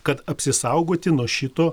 kad apsisaugoti nuo šito